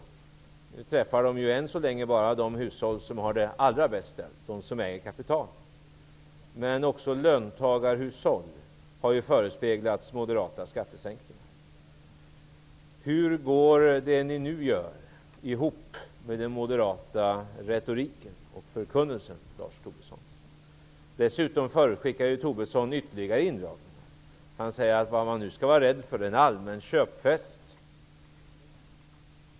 Än så länge riktar sig skattesänkningarna bara till de hushåll som har det allra bäst ställt, de som äger kapital. Men också löntagarhushåll har av moderaterna förespeglats skattesäkningar. Hur går det som ni nu gör ihop med den moderata retoriken och förkunnelsen, Lars Tobisson? Dessutom förutskickar Lars Tobisson ytterligare indragningar. Han säger att man nu skall vara rädd för en allmän köpfest.